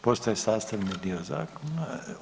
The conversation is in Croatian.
Postaje sastavni dio zakona.